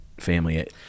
Family